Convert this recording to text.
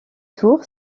tours